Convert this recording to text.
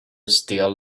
still